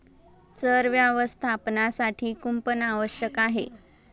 चर व्यवस्थापनासाठी कुंपण आवश्यक आहे